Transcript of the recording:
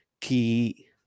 key